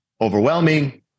overwhelming